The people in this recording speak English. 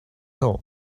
all